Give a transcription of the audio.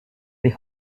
les